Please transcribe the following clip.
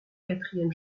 quatrième